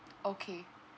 okay